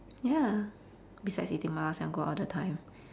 ya beside eating 麻辣香锅 all the time